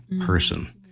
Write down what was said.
person